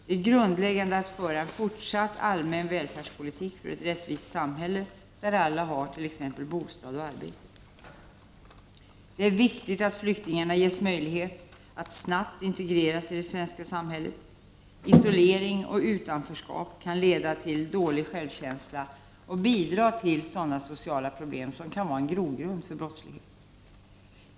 Det är grundläggande att föra en fortsatt allmän välfärdspolitik för ett rättvist samhälle där alla har t.ex. bostad och arbete. Det är viktigt att flyktingar ges möjligheter att snabbt integreras i det svenska samhället. Isolering och utanförskap kan leda till dålig självkänsla och bidra till sådana sociala problem som kan vara en grogrund för brottslighet.